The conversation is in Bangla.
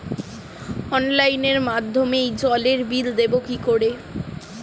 অফলাইনে মাধ্যমেই জলের বিল দেবো কি করে?